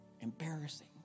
Embarrassing